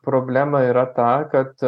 problema yra ta kad